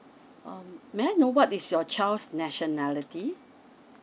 um may I know what is your child's nationality